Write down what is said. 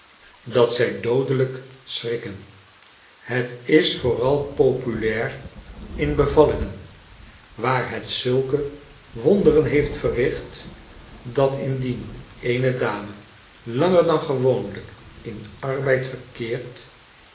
dat zij doodelijk schrikken het is vooral populair in bevallingen waar het zulke wonderen heeft verricht dat indien eene dame langer dan gewoonlijk in arbeid verkeert